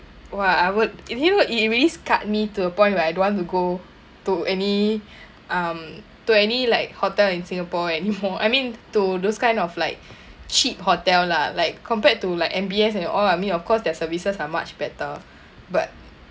!wah! I would you know it really scarred me to a point where I don't want to go to any um to any like hotel in singapore anymore I mean to those kind of like cheap hotel lah like compared to like M_B_S and all I mean of course their services are much better but